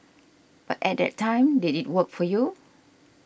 but at that time did it work for you